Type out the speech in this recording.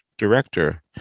director